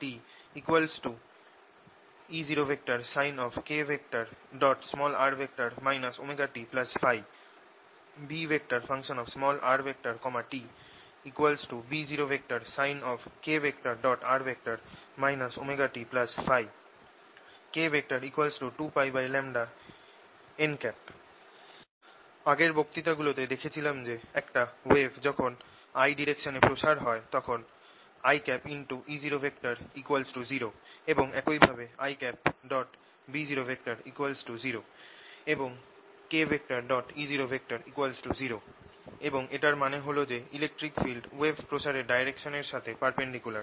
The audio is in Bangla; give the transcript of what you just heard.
ErtE0sin kr ωtՓ BrtB0sin⁡kr ωtՓ k 2πn আগের বক্তৃতা গুলোতে দেখেছিলাম যে একটা ওয়েভ যখন I ডাইরেকশনে প্রসার হয় তখন IE00 এবং একই ভাবে I B00 এবং kE00 এবং এটার মানে হল যে ইলেকট্রিক ফিল্ড ওয়েভ প্রসারের ডাইরেকশনের সাথে পারপেন্ডিকুলার